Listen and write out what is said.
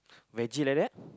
veggie like that